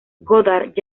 goddard